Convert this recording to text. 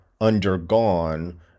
undergone